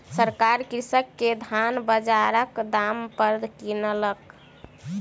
सरकार कृषक के धान बजारक दाम पर किनलक